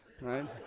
right